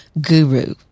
guru